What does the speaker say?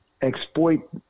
exploit